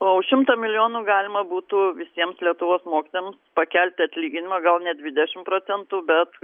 o už šimtą milijonų galima būtų visiems lietuvos mokytojams pakelti atlyginimą gal ne dvidešimt procentų bet